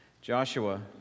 Joshua